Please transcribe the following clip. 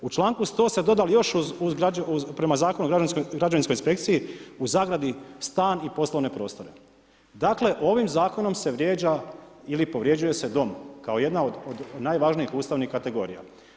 U članku 100. ste dodali još prema Zakonu o građevinskoj inspekciji (stan i poslovne prostore), dakle ovim zakonom se vrijeđa ili povrjeđuje se dom kao jedna od najvažnijih ustavnih kategorija.